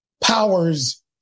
Powers